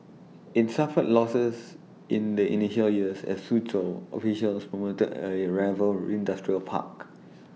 IT suffered losses in the initial years as Suzhou officials promoted A rival industrial park